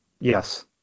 Yes